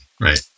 Right